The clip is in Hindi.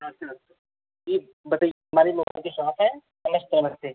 अच्छा अच्छा जी बताइए हमारी मोबाइल की शॉप है पर